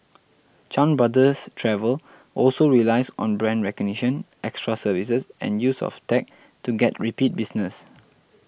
Chan Brothers Travel also relies on brand recognition extra services and use of tech to get repeat business